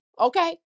okay